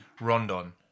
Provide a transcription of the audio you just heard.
Rondon